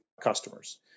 customers